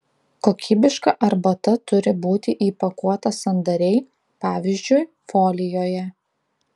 kokybiška arbata turi būti įpakuota sandariai pavyzdžiui folijoje